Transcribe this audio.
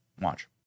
Watch